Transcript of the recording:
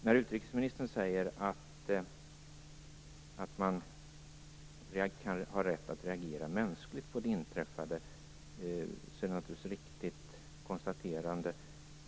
När utrikesministern säger att man har rätt att agera mänskligt på det inträffade är det naturligtvis ett riktigt konstaterande.